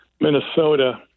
Minnesota